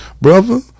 Brother